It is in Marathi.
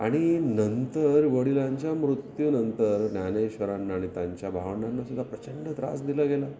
आणि नंतर वडिलांच्या मृत्यूनंतर ज्ञानेश्वरांना आणि त्यांच्या भावंडांनासुद्धा प्रचंड त्रास दिला गेला